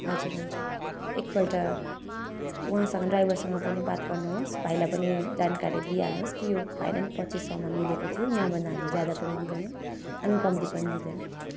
हजुर हुन्छ एकपल्ट उहाँसँग ड्राइभरसँग पनि बात गर्नुहोस् भाइलाई पनि जानकारी दिइहाल्नु होस् कि यो फाइनल पच्चिस सौमा मिलेको थियो यहाँभन्दा हामी ज्यादा पनि दिँदैनौँ हामी कम्ती पनि दिँदैनौँ